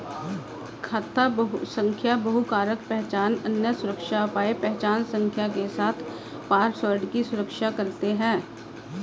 खाता संख्या बहुकारक पहचान, अन्य सुरक्षा उपाय पहचान संख्या के साथ पासवर्ड की सुरक्षा करते हैं